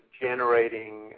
generating